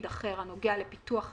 "(9) כל תפקיד אחר הנוגע לפיתוח הנגב,